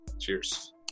Cheers